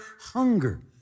hunger